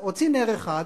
הוציא נר אחד,